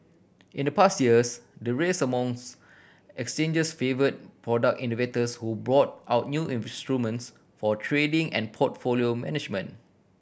in the past years the race amongst exchanges favour product innovators who brought out new instruments for trading and portfolio management